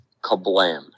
Kablam